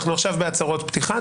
אנחנו עכשיו בהצהרות פתיחה.